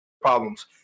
problems